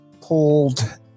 pulled